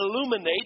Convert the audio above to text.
illuminate